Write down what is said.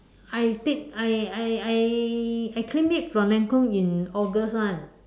I take I I I I claim it from Lancome in August [one]